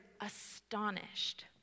astonished